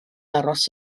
aros